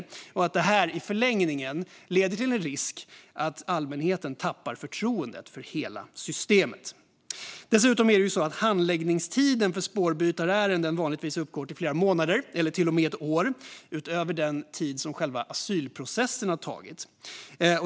Risken finns att det här i förlängningen gör att allmänheten tappar förtroendet för hela systemet. Dessutom är det så att handläggningstiden för spårbytesärenden vanligtvis uppgår till flera månader eller till och med ett år utöver den tid som själva asylprocessen har tagit.